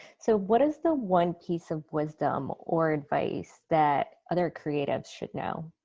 so what is the one piece of wisdom or advice that other creatives should know?